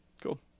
Cool